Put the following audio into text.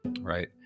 right